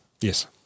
Yes